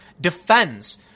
defends